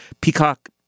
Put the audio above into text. Peacock